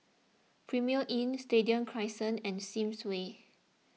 Premier Inn Stadium Crescent and Sims Way